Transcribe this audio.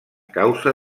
causa